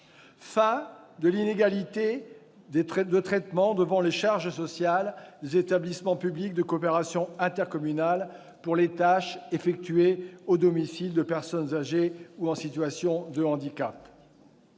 fin de l'inégalité de traitement devant les charges sociales des établissements publics de coopération intercommunale, les EPCI, pour les tâches effectuées au domicile de personnes âgées ou en situation de handicap